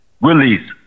Release